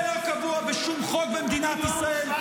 זה לא קבוע בשום חוק במדינת ישראל,